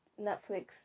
Netflix